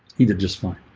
he did just fine